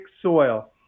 soil